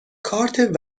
کارت